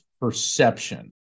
perception